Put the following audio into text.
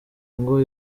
ngo